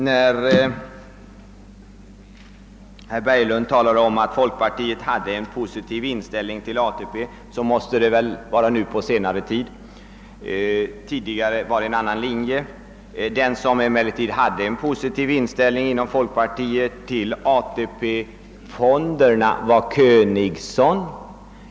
Herr talman! Herr Berglund talar om att folkpartiet har en positiv inställning till ATP, men det måste väl gälla nu på senare tid. Tidigare var det en annan linje. Den inom folkpartiet som hade en positiv inställning till ATP fonderna var däremot herr Königson.